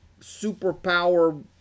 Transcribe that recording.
superpower